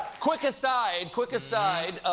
quick aside, quick aside.